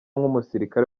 nk’umusirikare